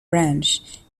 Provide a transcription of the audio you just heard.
branch